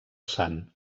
sant